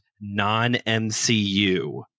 non-MCU